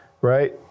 Right